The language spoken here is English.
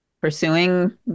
pursuing